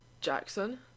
Jackson